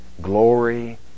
Glory